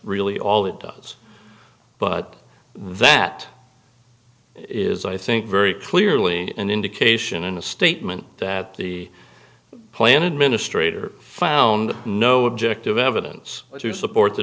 really all it does but that is i think very clearly an indication in a statement that the plan administrator found no objective evidence to support the